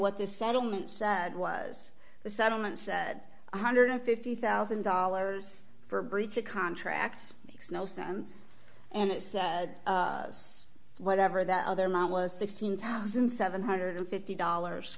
what this settlement said was the settlement said one hundred and fifty thousand dollars for breach of contract makes no sense and it said whatever that other mom was sixteen thousand seven hundred and fifty dollars